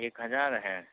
एक हज़ार है